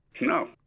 No